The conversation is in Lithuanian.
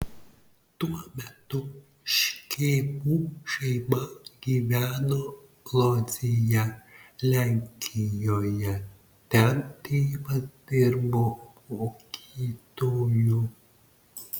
tuo metu škėmų šeima gyveno lodzėje lenkijoje ten tėvas dirbo mokytoju